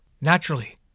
Naturally